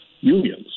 unions